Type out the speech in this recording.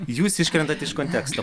jūs iškrentat iš konteksto